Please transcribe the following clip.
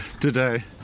today